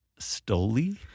Stoli